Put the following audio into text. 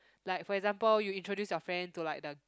like for example you introduce your friend to like the